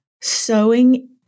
sewing